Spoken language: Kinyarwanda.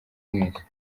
mwese